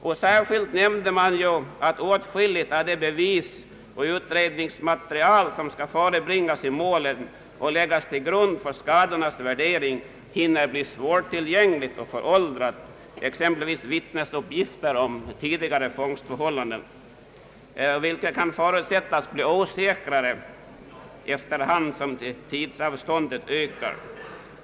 I uttalandet omnämndes särskilt att åtskilligt av det bevisoch utredningsmaterial som skall före bringas i målen och läggas till grund för skadornas värdering hinner bli svårtillgängligt och föråldrat, exempelvis vittnesuppgifter om tidigare fångstförhållanden, vilka kan förutsättas bli osäkrare efter hand som tidsavståndet ökar.